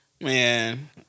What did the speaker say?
Man